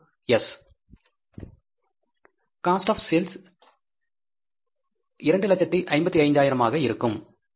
COS cost of sales 255000 இருக்கும் இல்லையா